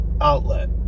Outlet